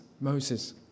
Moses